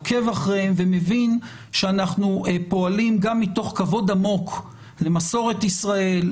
עוקב אחריהם ומבין שאנחנו פועלים גם מתוך כבוד עמוק למסורת ישראל,